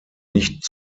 nicht